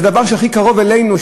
זה דבר שהכי קרוב אלינו,